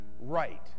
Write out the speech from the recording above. right